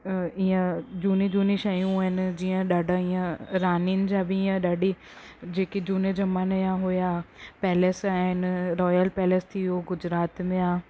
अ ईअं झूनी झूनी शयूं आहिनि जीअं ॾाढा ईअं रानियुनि जा बि ईअं ॾाढी जेकी झूने ज़माने जा हुया पैलेस आहिनि रॉयल पैलेस थी वियो गुजरात में आहे